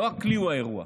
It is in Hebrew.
לא הכלי הוא האירוע,